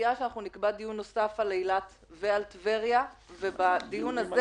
מציעה שנקבע דיון נוסף על אילת ועל טבריה ובדיון הזה